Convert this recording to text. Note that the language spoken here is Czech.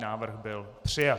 Návrh byl přijat.